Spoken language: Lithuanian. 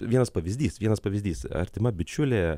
vienas pavyzdys vienas pavyzdys artima bičiulė